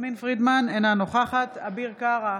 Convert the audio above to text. יסמין פרידמן, אינה נוכחת אביר קארה,